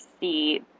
see